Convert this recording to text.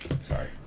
Sorry